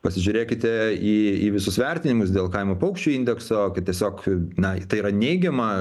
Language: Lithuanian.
pasižiūrėkite į į visus vertinimus dėl kaimo paukščių indekso kad tiesiog na tai yra neigiama